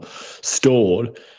stored